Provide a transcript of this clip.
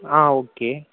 ஆ okay